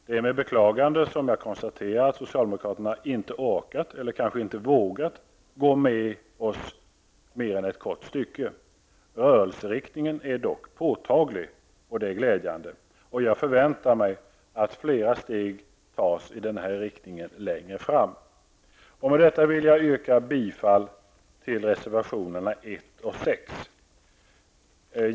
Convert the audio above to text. Det är med beklagande som jag konstaterar att socialdemokraterna inte orkat, eller kanske inte vågat, gå med oss mer än ett kort stycke. Rörelseriktningen är dock påtaglig, och det är glädjande. Jag förväntar mig att flera steg tas i denna riktning längre fram. Med detta yrkar jag bifall till reservationerna 1 och 6.